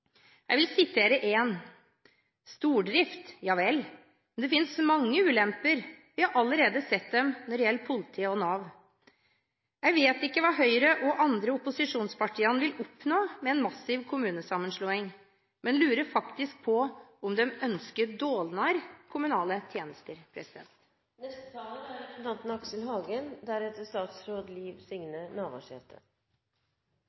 Jeg vil sitere én: «Stordrift, javel. Men det finnes mange ulemper. Vi har allerede sett dem når det gjelder Nav og politi». Jeg vet ikke hva Høyre og de andre opposisjonspartiene vil oppnå med en massiv kommunesammenslåing, men lurer faktisk på om de ønsker dårligere kommunale tjenester. I forrige debatt, boligmeldingsdebatten, var ikke minst Høyre og Fremskrittspartiet veldig opptatt av eie-linja, framfor leie-linja. Den er